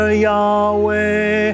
Yahweh